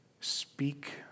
speak